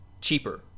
cheaper